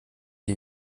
wie